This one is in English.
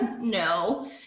no